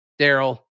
Daryl